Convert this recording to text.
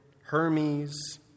Hermes